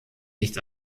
nicht